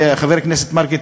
חבר הכנסת מרגי,